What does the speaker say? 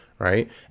Right